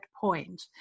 point